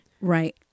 Right